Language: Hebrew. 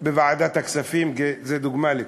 בוועדת הכספים זה דוגמה לכך,